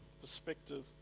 perspective